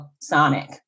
sonic